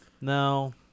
No